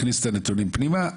הכניס את הנתונים פנימה,